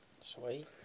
Sweet